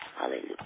Hallelujah